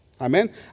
Amen